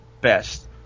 best